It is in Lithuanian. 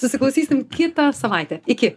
susiklausysim kitą savaitę iki